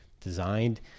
designed